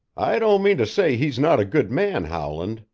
i don't mean to say he's not a good man, howland,